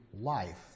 life